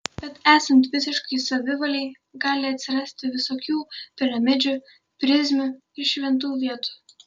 bet esant visiškai savivalei gali atsirasti visokių piramidžių prizmių ir šventų vietų